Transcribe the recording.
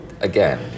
again